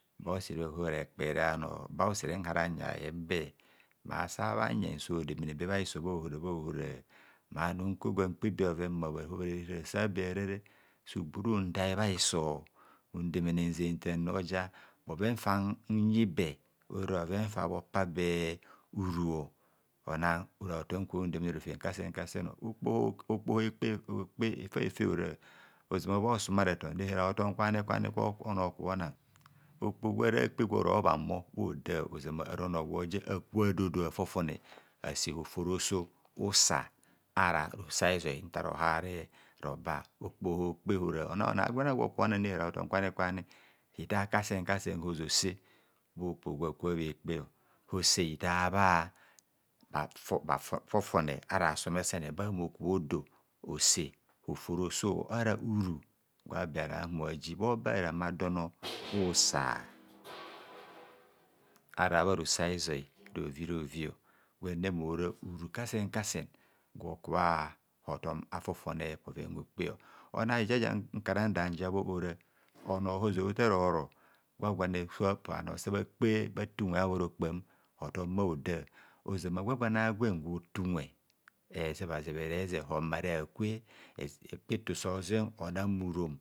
Ba usere bhahobhara bhe kpere anor ba usere nhara nyayen be ma sa bhanye so demene be bha hiso bho hora, ma num gwa mkpe be bhoven mma bha hobhara rehara sabe bhahobharare suhuruntai bha hizo undemene nzentanor oja bhoven fa nyibe ora bhoven fa bho pa be uru ona ora hotom kwa hun demene bha hiso kasen kasen, ikor efe okpe ora ozama bha osumareton rehara hotomkwani kwani kwo onor okubho na, okpoho gwara kpe gworo bhammor bhoda ozoma ara ono gwo ja akubho adodoa fofone ase hoforo so usa ara ro so a'hizoi nta rohare roba okpoho okpe ora ona onor a'gwen gwo ko na rehara hotom kwani hitar kasen kasen ojo se bha okpoho gwa kubho bhe kpe ose hitar bha fofone ara bhasome sane bame okubhodo ose hofo roso ara uru gwa be ara bhahumobhaji bhobareme adon ara usa ara bharoso aizo rovi arovio gwen mora uru kasen kasen gwo kubha hotom a'fofone bhoven okpe. Ona eja ja nkara nda njabho ora onor ojo tar oro gwagwane fa hopa bhanor sabha kpe bhate inwe bhabhoro kpam hotom bhohaoda ozama gwa gwa ne agwen gwo te unwe ezep a zep ere zep homare akwe hekpa eto jo ze onam bhurom.